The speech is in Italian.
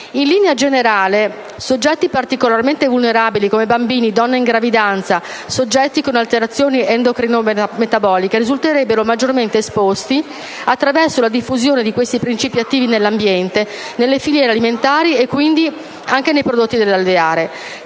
In linea generale, soggetti particolarmente vulnerabili come bambini, donne in gravidanza, soggetti con alterazioni endocrino-metaboliche, risulterebbero maggiormente esposti attraverso la diffusione di questi principi attivi nell'ambiente, nelle filiere alimentari e, quindi, anche nei prodotti dell'alveare.